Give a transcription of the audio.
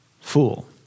fool